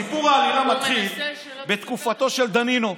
סיפור העלילה מתחיל בתקופתו של דנינו.